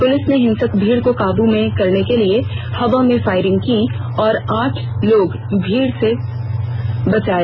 police ने हिंसक भीड़ को काबू में करने के लिए हवा में फायरिंग की और आठ लोगों भीड़ से बचाया